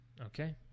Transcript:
Okay